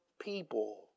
people